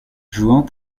jouant